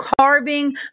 carving